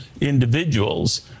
individuals